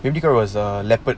maybe that was a leopard